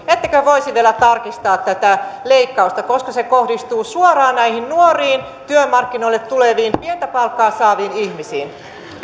siitä syystä voisi vielä tarkistaa tätä leikkausta koska se kohdistuu suoraan näihin nuoriin työmarkkinoille tuleviin pientä palkkaa saaviin ihmisiin